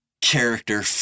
character